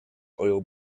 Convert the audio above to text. oil